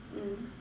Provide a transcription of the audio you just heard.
mm